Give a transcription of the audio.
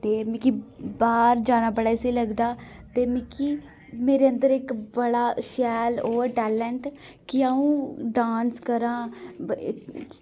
ते मिकी बाह्र जाना बड़ा स्हेई लगदा ते मिकी मेरे अंदर इक बड़ा शैल ओह् ऐ टैलेंट कि अ'ऊं डांस करां